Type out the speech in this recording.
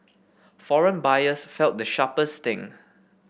foreign buyers felt the sharpest sting